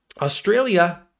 Australia